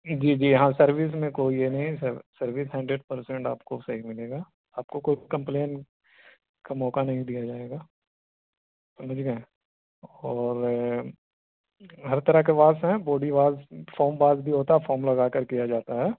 جی جی ہاں سروس میں کوئی یہ نہیں سروس ہنڈریڈ پرسینٹ آپ کو صحیح ملے گا آپ کو کوئی کمپلین کا موقع نہیں دیا جائے گا سمجھ گیں اور ہر طرح کے واس ہیں بوڈی واس فارم واس بھی ہوتا ہے فارم لگا کر کیا جاتا ہے